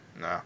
no